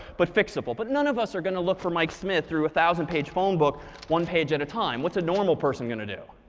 but fixable. but none of us are going to look for mike smith through a one thousand page phone book one page at a time. what's a normal person going to do?